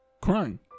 crime